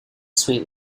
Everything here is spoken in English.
suite